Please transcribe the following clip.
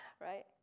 right